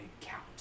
count